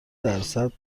درصد